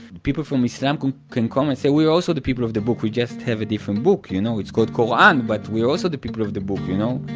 people from islam can can come and say, we are also the people of the book we just have a different book, you know, it's called koran, but we're also the people of the book you know?